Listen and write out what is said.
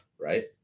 right